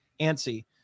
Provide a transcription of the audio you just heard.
antsy